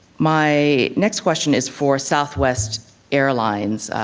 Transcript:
my next question is for southwest airlines.